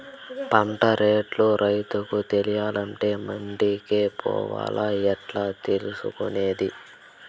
పంట రేట్లు రైతుకు తెలియాలంటే మండి కే పోవాలా? ఎట్లా తెలుసుకొనేది?